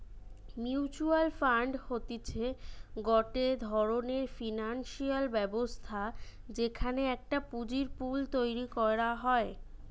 mutual fund হতিছে গটে ধরণের ফিনান্সিয়াল ব্যবস্থা যেখানে একটা পুঁজির পুল তৈরী করা হয়